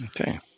Okay